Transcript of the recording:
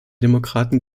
demokraten